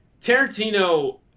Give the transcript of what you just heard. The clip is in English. Tarantino